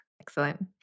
Excellent